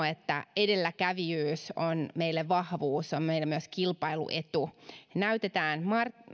että edelläkävijyys on meille vahvuus se on meille myös kilpailuetu näytetään